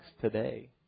today